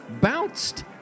bounced